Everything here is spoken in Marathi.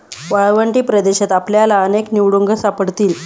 वाळवंटी प्रदेशात आपल्याला अनेक निवडुंग सापडतील